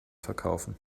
verkaufen